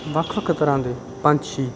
ਵੱਖ ਵੱਖ ਤਰ੍ਹਾਂ ਦੇ ਪੰਛੀ